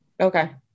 Okay